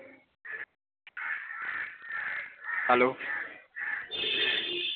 hello